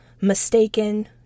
mistaken